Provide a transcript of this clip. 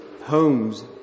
homes